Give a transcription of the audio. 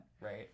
right